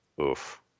oof